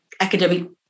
academic